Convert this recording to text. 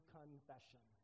confession